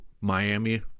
Miami